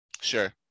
Sure